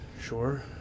sure